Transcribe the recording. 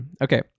Okay